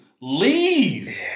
Leave